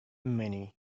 many